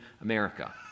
America